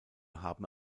haben